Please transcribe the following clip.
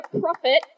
profit